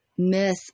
myth